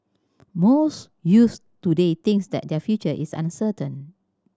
most youths today thinks that their future is uncertain